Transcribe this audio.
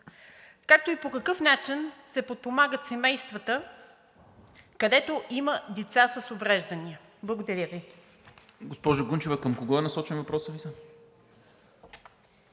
както и по какъв начин се подпомагат семействата, където има деца с увреждания? Благодаря.